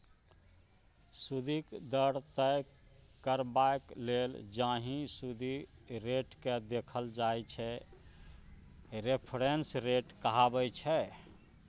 सुदिक दर तय करबाक लेल जाहि सुदि रेटकेँ देखल जाइ छै रेफरेंस रेट कहाबै छै